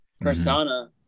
persona